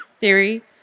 theory